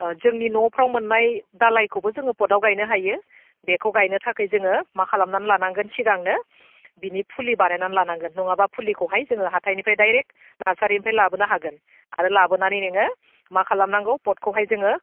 अ जोंनि न'फ्राव मोननाय दालाइखौबो जों पटआव गायनो हायो बेखौ गायनो थाखाय जोङो मा खालामनानै लानांगोन सिगांनो बिनि फुलि बानायनानै लानांगोन नङाबा फुलिखौहाय जोङो हाथायनिफ्राय डायरेक्ट नार्सारिनिफ्राय लाबोनो हागोन आरो लाबोनानै नोङो मा खालामनांगौ पटखौहाय जोङो